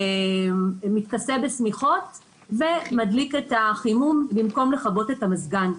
מתכסה בשמיכות ומדליק את החימום במקום לכבות את המזגן.